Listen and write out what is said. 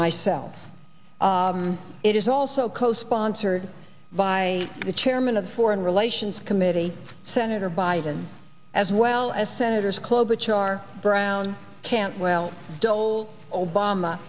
myself it is also co sponsored by the chairman of the foreign relations committee senator biden as well as senators club which are brown cantwell dole obama